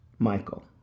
Michael